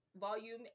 volume